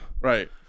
Right